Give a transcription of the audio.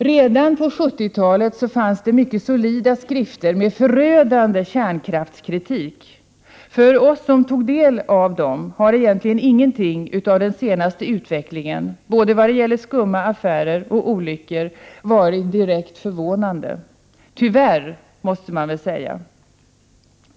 Redan på 1970-talet fanns det mycket solida skrifter med förödande kärnkraftskritik. För oss som tog del av dem har egentligen ingenting av den senaste utvecklingen, vare sig när det gäller skumma affärer eller när det gäller olyckor, varit direkt förvånande — tyvärr måste man säga.